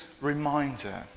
reminder